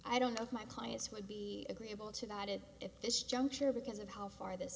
i don't know if my clients would be agreeable to that if at this juncture because of how far this